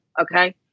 Okay